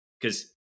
because-